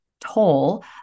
toll